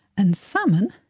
and salmon,